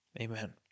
amen